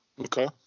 Okay